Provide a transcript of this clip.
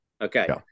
Okay